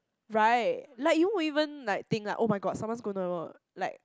right like you won't even like think like oh-my-god someone's gonna like